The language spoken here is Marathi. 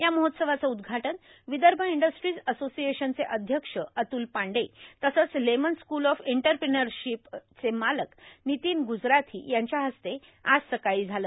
या महोत्सवाचं उद्घाटन विदर्भ इंडस्ट्रीज असोसिएशनचे अध्यक्ष अत्ल पांडे तसंच लेमन स्क्ल ऑफ इंटरप्रिनरशिपचे मालक नितीन ग्जराथी यांच्या हस्ते आज सकाळी झालं